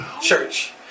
church